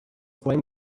flame